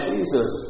Jesus